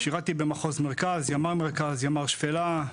שירתי במחוז מרכז, ימ"מ מרכז, ימ"ר שפלה,